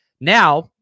Now